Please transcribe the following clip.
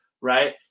right